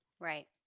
Right